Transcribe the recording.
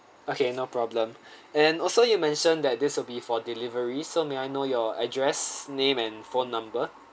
okay no problem and also you mentioned that this will be for delivery so may I know your address name and phone number